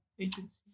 agency